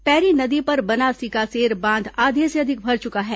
पैरी नदी पर बना सिकासेर बांध आधे से अधिक भर चुका है